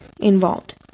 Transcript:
involved